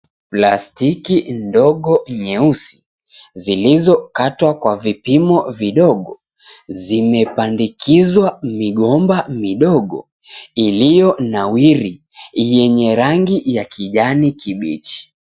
Plastiki ndogo nyeusi, zilizokatwa kwa vipimo vidogo, zimepandikizwa migomba midogo iliyonawiri, yenye rangi ya kijani kibichi.